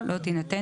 אם לא יהיו תקנות.